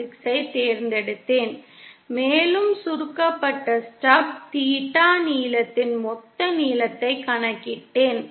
6 ஐத் தேர்ந்தெடுத்தேன் மேலும் சுருக்கப்பட்ட ஸ்டப் தீட்டா நீளத்தின் மொத்த நீளத்தைக் கணக்கிட்டேன்